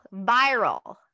viral